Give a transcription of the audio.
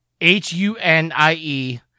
H-U-N-I-E